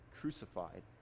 crucified